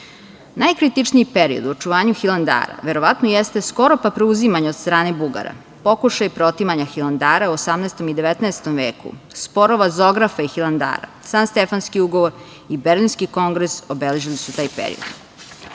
bratstva. Najkritičniji period u očuvanju Hilandara verovatno jeste skoro pa preuzimanje od strane Bugara, pokušaj preotimanja Hilandara u 18. i 19. veku, sporova Zografa i Hilandara, Sanstefanski ugovor i Berlinski kongres obeležili su taj period.U